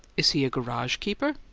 is he a garage-keeper?